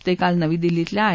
ते काल नवी दिल्लीतल्या आय